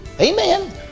Amen